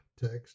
text